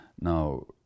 Now